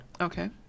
okay